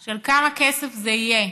של כמה כסף זה יהיה,